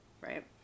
right